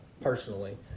personally